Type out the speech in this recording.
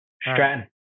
Stratton